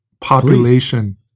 Population